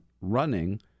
running